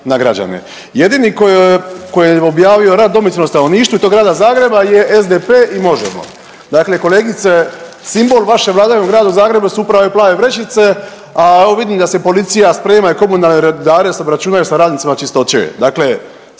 na građane. Jedini koji je objavio rad domicilnom stanovništvu i to grada Zagreba je SDP i Možemo. Dakle, kolegice simbol vaše vladavine u gradu Zagrebu su upravo ove plave vrećice, a evo vidim da se policija sprema i komunalni redari da se obračunaju s radnicima Čistoće. Dakle,